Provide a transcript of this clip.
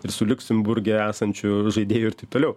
ir su liuksemburge esančiu žaidėju ir taip toliau